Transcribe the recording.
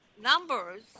numbers